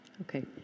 Okay